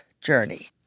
journey